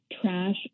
trash